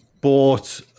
bought